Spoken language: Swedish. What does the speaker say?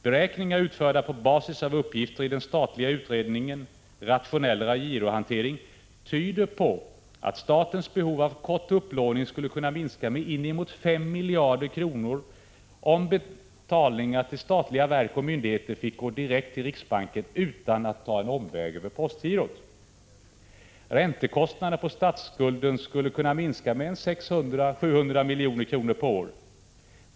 Beräkningar utförda på basis av uppgifter i den statliga utredningen Rationellare girohantering tyder på att statens behov av kort upplåning skulle kunna minska med inemot 5 miljarder kronor om betalningar till statliga verk och myndigheter fick gå direkt till riksbanken utan att ta en omväg över postgirot. Räntekostnaderna på statsskulden skulle kunna minska med 600-700 milj.kr. per år.